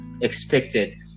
expected